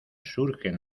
surgen